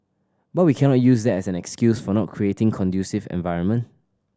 but we cannot use that as an excuse for not creating conducive environment